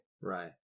Right